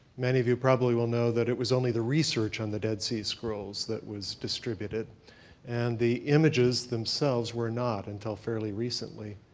many of you probably will know that it was only the research on the dead sea scrolls that was distributed and the images themselves were not until fairly recently.